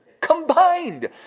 Combined